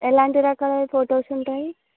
ఎలాంటి రకాల ఫోటోస్ ఉంటాయి